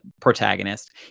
protagonist